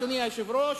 אדוני היושב-ראש,